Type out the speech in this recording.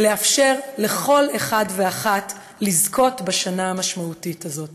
ולאפשר לכל אחד ואחת לזכות בשנה המשמעותית הזאת.